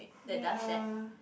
ya